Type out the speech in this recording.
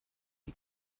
die